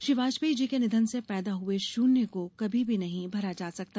श्री वाजपेयी जी के निधन से पैदा हए शून्य को कभी भी नहीं भरा जा सकता